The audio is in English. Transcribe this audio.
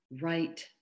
right